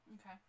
Okay